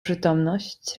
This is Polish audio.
przytomność